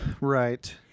Right